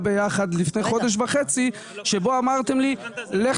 ביחד לפני חודש וחצי שבה אמרתם לי לך